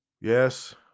yes